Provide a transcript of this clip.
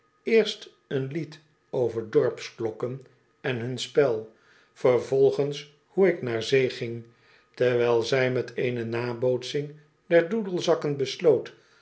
eerst een lied over dorpsklokken en hun spel vervolgens hoe ik naar zee ging terwijl zij met eene nabootsing der doedelzakken